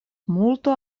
multo